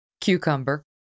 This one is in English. Cucumber